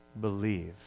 believe